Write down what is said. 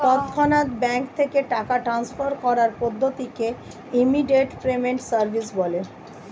তৎক্ষণাৎ ব্যাঙ্ক থেকে টাকা ট্রান্সফার করার পদ্ধতিকে ইমিডিয়েট পেমেন্ট সার্ভিস বলে